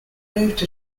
moved